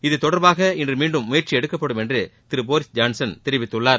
இது தொடர்பாக இன்று மீண்டும் முயற்சி எடுக்கப்படும் என்று திரு போரீஸ் ஜான்சன் தெரிவித்துள்ளார்